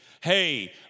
hey